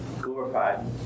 glorified